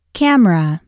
camera